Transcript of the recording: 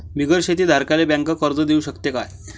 बिगर शेती धारकाले बँक कर्ज देऊ शकते का?